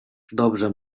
dobrze